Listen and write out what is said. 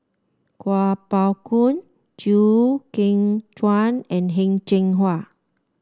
Kuo Pao Kun Chew Kheng Chuan and Heng Cheng Hwa